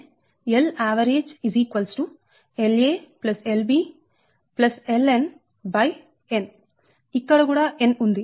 Lnn ఇక్కడ కూడా n ఉంది